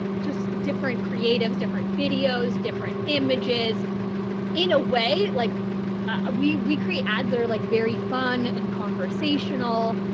just different creatives, different videos, different images in a way. like ah we, we create ads, they're like very fun and conversational.